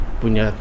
punya